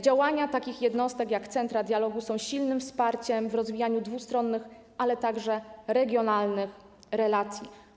Działania takich jednostek jak centra dialogu są silnym wsparciem, jeśli chodzi o rozwijanie dwustronnych, ale także regionalnych relacji.